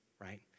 right